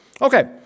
Okay